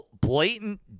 blatant